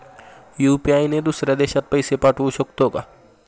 UPI ने दुसऱ्या देशात पैसे पाठवू शकतो का?